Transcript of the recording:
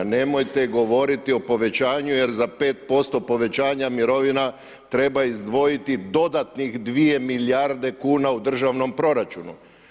Nemojte govoriti o povećanju jer za 5% povećanja mirovina, treba izdvojiti dodatnih 2 milijarde kn u državnom proračunu.